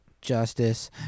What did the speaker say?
Justice